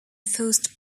forced